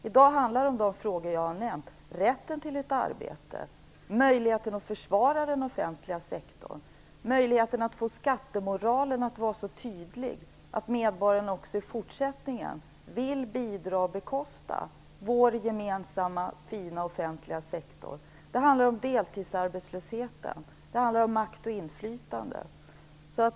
I dag handlar det om de frågor som jag har nämnt: rätten till ett arbete, möjligheten att försvara den offentliga sektorn och möjligheten att få skattemoralen att vara så tydlig att medborgarna också i fortsättningen vill bidra till att bekosta vår gemensamma, fina offentliga sektor. Det handlar om deltidsarbetslösheten. Det handlar om makt och inflytande.